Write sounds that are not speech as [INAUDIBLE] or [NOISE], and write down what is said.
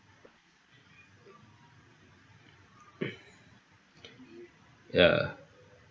[NOISE] ya